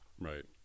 right